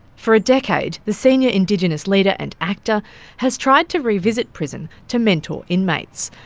for a decade, the senior indigenous leader and actor has tried to revisit prison to mentor inmates,